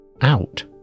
out